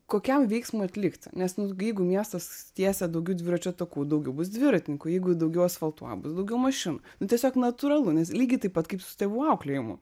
kokiam veiksmui atlikti nes nu jeigu miestas tiesia daugiau dviračio takų daugiau bus dviratininkų jeigu daugiau asfaltuoja bus daugiau mašinų nu tiesiog natūralu nes lygiai taip pat kaip su tėvų auklėjimu